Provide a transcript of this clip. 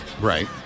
right